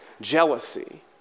jealousy